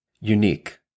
unique